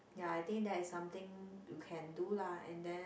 ya I think that is something you can do lah and then